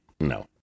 No